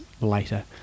later